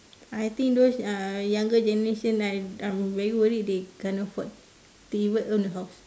I think those uh younger generations ah I'm very worried they can't afford to even own a house